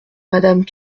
madame